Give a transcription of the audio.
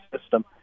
system